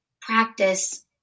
practice